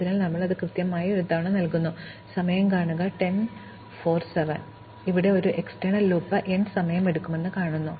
അതിനാൽ ഞങ്ങൾ അത് കൃത്യമായി ഒരുതവണ നൽകുന്നു സമയം കാണുക 1047 എന്നിട്ട് ഇവിടെ ഈ ബാഹ്യ ലൂപ്പ് ക്രമം n സമയം എടുക്കുമെന്ന് പറയുന്നു